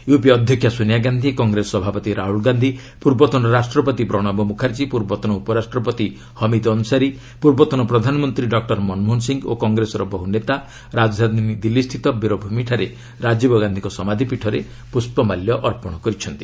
UPA ଅଧ୍ୟକ୍ଷା ସୋନିଆ ଗାନ୍ଧି କଂଗ୍ରେସ ସଭାପତି ରାହୁଲ ଗାନ୍ଧି ପୂର୍ବତନ ରାଷ୍ଟ୍ରପତି ପ୍ରଣବ ମୁଖାର୍ଜୀ ପୂର୍ବତନ ଉପରାଷ୍ଟ୍ରପତି ହମିଦ ଅନସାରୀ ପୂର୍ବତନ ପ୍ରଧାନମନ୍ତ୍ରୀ ଡକ୍କର ମନମୋହନ ସିଂହ ଓ କଂଗ୍ରେସର ବହ୍ ନେତା ରାଜଧାନୀ ଦିଲ୍ଲୀ ସ୍ଥିତ ବୀରଭୂମିଠାରେ ରାଜୀବ ଗାନ୍ଧିଙ୍କ ସମାଧୀପୀଠରେ ପୁଷ୍ପମାଲ୍ୟ ଅର୍ପଣ କରିଛନ୍ତି